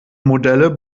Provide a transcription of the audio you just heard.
modelle